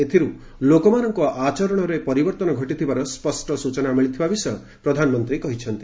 ଏଥିରୁ ଲୋକମାନଙ୍କ ଆଚରଣରେ ପରିବର୍ଭନ ଘଟିଥିବାର ସ୍ୱଷ୍ଟ ସୂଚନା ମିଳିଥିବା ବିଷୟ ପ୍ରଧାନମନ୍ତ୍ରୀ କହିଛନ୍ତି